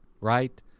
Right